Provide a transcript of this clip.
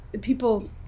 people